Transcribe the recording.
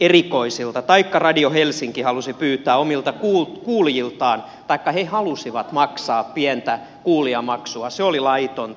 taikka radio helsinki halusi pyytää omilta kuulijoiltaan taikka nämä halusivat maksaa pientä kuulijamaksua se oli laitonta